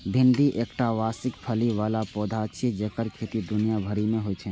भिंडी एकटा वार्षिक फली बला पौधा छियै जेकर खेती दुनिया भरि मे होइ छै